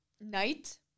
night